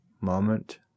moment